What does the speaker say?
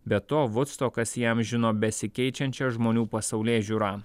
be to vudstokas įamžino besikeičiančią žmonių pasaulėžiūrą